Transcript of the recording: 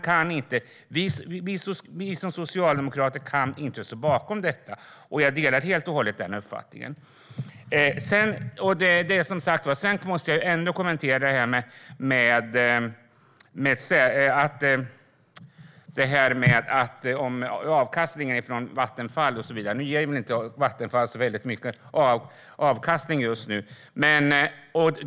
Vi som socialdemokrater kan inte stå bakom detta. Jag delar helt och hållet den uppfattningen. Sedan måste jag ändå kommentera avkastningen från Vattenfall och så vidare. Vattenfall ger väl inte så väldigt mycket i avkastning just nu.